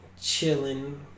chilling